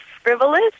frivolous